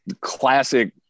classic